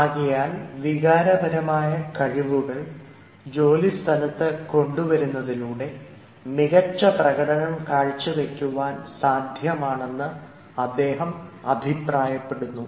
ആകയാൽ വികാരപരമായ കഴിവുകൾ ജോലിസ്ഥലത്ത് കൊണ്ടുവരുന്നതിലൂടെ മികച്ച പ്രകടനം കാഴ്ച വയ്ക്കുവാൻ സാധ്യമാണെന്ന് അദ്ദേഹം അഭിപ്രായപ്പെടുന്നു